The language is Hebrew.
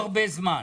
אין לנו הרבה זמן.